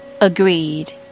Agreed